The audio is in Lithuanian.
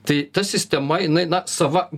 tai ta sistema jinai na sava